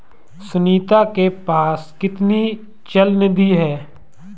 सुनीता के पास कितनी चल निधि है?